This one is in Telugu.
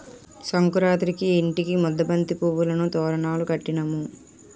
సంకురేతిరికి ఇంటికి ముద్దబంతి పువ్వులను తోరణాలు కట్టినాము